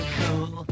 cool